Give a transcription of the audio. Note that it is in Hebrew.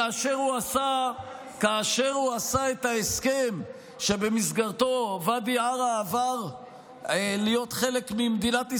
כאשר הוא עשה את ההסכם שבמסגרתו ואדי עארה עבר להיות חלק ממדינת ישראל,